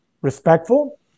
Respectful